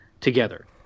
together